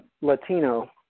latino